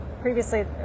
previously